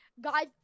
Guys